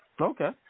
Okay